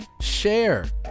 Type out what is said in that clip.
Share